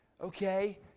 okay